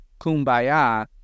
Kumbaya